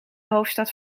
hoofdstad